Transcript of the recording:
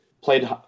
played